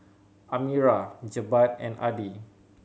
Amirah Jebat and Adi